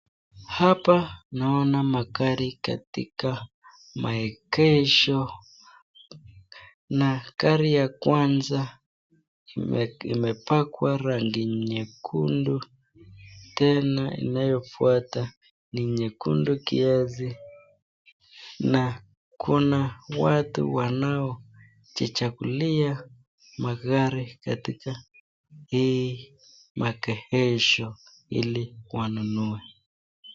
Hapa naona magari katika maekesho na gari ya kwanza imepakwa rangi nyekundu tena inayofuata ni nyekundu kiazi na Kuna watu wanaojichagulia magari katika hii maekesho hili wanunue.